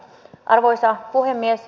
arvoisa puhemies